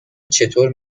چطور